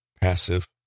passive